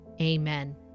Amen